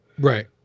Right